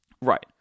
Right